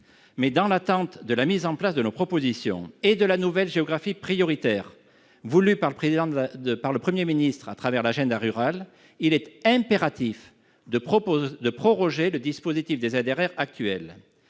Dans l'attente de la mise en place de nos propositions et de la nouvelle géographie prioritaire voulue par le Premier ministre à travers l'agenda rural, il est impératif de proroger le dispositif actuel